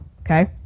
okay